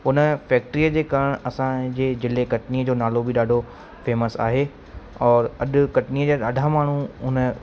उन फैक्ट्रीअ जे कारण असांजे जिले कटनीअ जो नालो बि ॾाढो फेमस आहे और अॼु कटनीअ जा ॾाढा माण्हू उन